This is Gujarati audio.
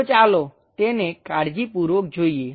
તો ચાલો તેને કાળજીપૂર્વક જોઈએ